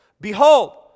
Behold